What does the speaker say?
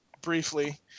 briefly